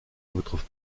votre